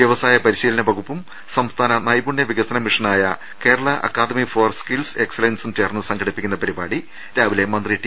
വ്യവസായ പരിശീലന വകുപ്പും സംസ്ഥാന നൈപുണ്യവികസന മിഷനായ കേരള അക്കാദമി ഫോർ സ്കിൽസ് എക്സലൻസും ചേർന്ന് സംഘടിപ്പിക്കുന്ന പരിപാടി രാവിലെ മന്ത്രി ടി